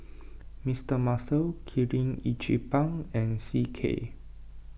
Mister Muscle Kirin Ichiban and C K